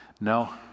No